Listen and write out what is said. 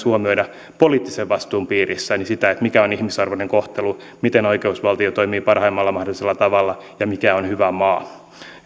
huomioida poliittisen vastuun piirissä se mitä on ihmisarvoinen kohtelu miten oikeusvaltio toimii parhaimmalla mahdollisella tavalla ja mikä on hyvä maa